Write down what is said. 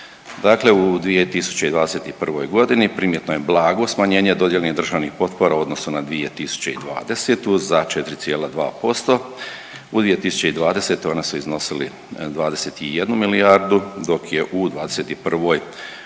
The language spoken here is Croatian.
Dakle, u 2021.g. primjetno je blago smanjenje dodijeljenih državnih potpora u odnosu na 2020. za 4,3% u 2020. ona su iznosila 21 milijardu dok je u '21. ukupno